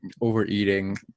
Overeating